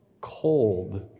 cold